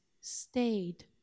stayed